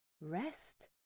rest